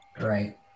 right